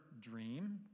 dream